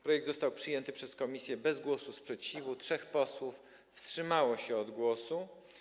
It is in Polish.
Projekt został przyjęty przez komisję bez głosu sprzeciwu, trzech posłów wstrzymało się od głosu.